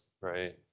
Right